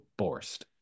Borst